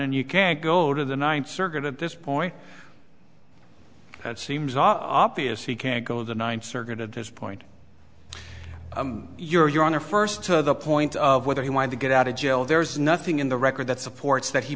and you can't go to the ninth circuit at this point that seems obvious he can't go to the ninth circuit at this point you're you're on a first to the point of whether he wanted to get out of jail there's nothing in the record that supports that he